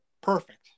perfect